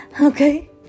Okay